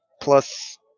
Plus